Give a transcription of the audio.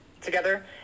together